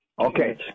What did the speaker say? Okay